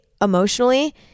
emotionally